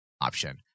option